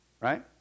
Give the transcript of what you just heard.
Right